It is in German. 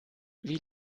wie